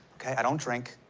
i don't drink.